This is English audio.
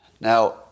Now